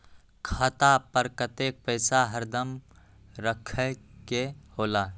खाता पर कतेक पैसा हरदम रखखे के होला?